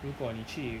如果你去